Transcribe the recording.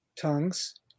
tongues